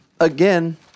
Again